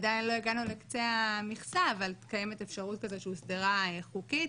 עדיין לא הגענו לקצה המכסה אבל קיימת אפשרות כזו שהוסדרה חוקית.